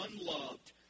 unloved